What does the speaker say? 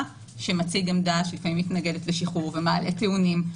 שמציג עמדה שלפעמים מתנגדת לשחרור ומעלה טיעונים.